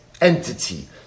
entity